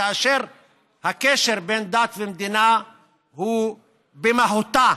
כאשר הקשר בין דת ומדינה הוא במהותה